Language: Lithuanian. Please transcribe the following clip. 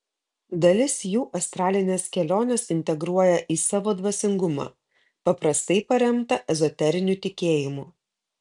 dalis jų astralines keliones integruoja į savo dvasingumą paprastai paremtą ezoteriniu tikėjimu